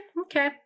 okay